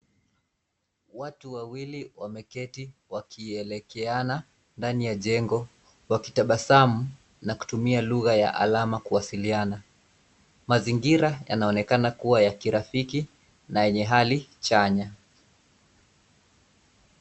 Watu wawili wameketi wakielekeana ndani ya jengo, wakitabasamu na kutumia lugha ya alama kuwasiliana. Mazingira yanaonekana kuwa ra kirafiki na yenye hali chanya.